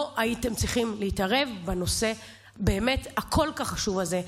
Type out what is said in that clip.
לא הייתם צריכים להתערב בנושא הכל-כך חשוב הזה.